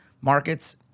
markets